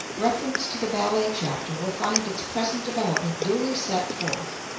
reference to the ballet chapter will find its present development duly set forth.